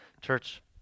Church